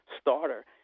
starter